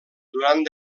durant